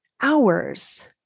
hours